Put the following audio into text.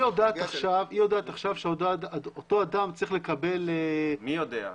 היא יודעת עכשיו שאותו אדם צריך לקבל --- מי יודע?